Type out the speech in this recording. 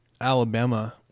Alabama